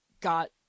got